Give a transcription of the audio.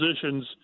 positions